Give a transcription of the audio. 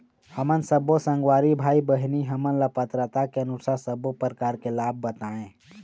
हमन सब्बो संगवारी भाई बहिनी हमन ला पात्रता के अनुसार सब्बो प्रकार के लाभ बताए?